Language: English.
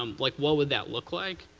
like what would that look like?